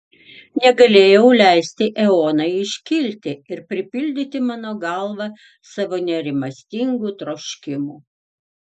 negalėjau leisti eonai iškilti ir pripildyti mano galvą savo nerimastingų troškimų